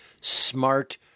smart